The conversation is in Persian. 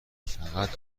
فقط